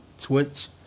Twitch